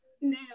Now